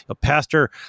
Pastor